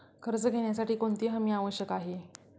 कर्ज घेण्यासाठी कोणती हमी आवश्यक आहे?